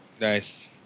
Nice